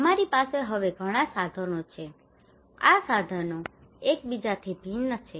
અમારી પાસે હવે ઘણાં સાધનો છે આ સાધનો એકબીજાથી ભિન્ન છે